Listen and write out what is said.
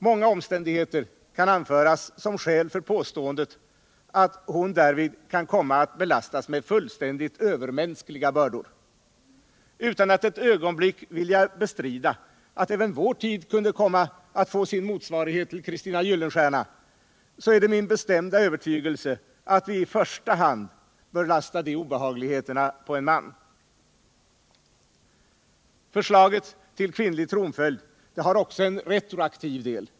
Många omständigheter kan anföras som skäl för påståendet att hon därvid kan komma att belastas med fullständigt övermänskliga bördor. Utan att jag ett ögonblick vill bestrida att även vår tid kunde komma att få sin motsvarighet till Kristina Gyllenstierna är det min bestämda övertygelse att vi i första hand bör lasta de obehagligheterna på en man. Förslaget till kvinnlig tronföljd har också en retroaktiv del.